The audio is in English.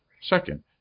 Second